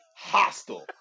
Hostile